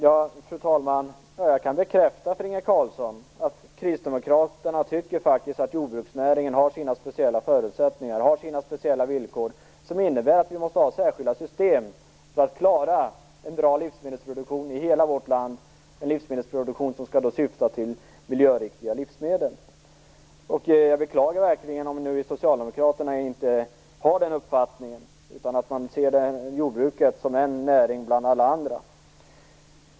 Fru talman! Jag kan bekräfta för Inge Carlsson att Kristdemokraterna tycker att jordbruksnäringen har sina speciella förutsättningar och villkor, som innebär att vi måste ha särskilda system för att klara en bra livsmedelsproduktion i hela vårt land som skall syfta till miljöriktiga livsmedel. Jag beklagar verkligen om inte Socialdemokraterna har den uppfattningen utan ser jordbruket som en näring bland alla andra.